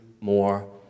more